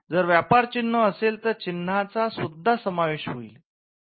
जर व्यापार चिन्ह असेल तर चिन्हचा सुद्धा समावेश होईल